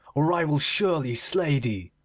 or i will surely slay thee.